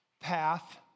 path